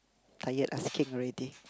tired asking already